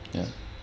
ya